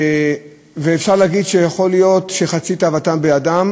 אפשר להגיד שיכול להיות שחצי תאוותם בידם,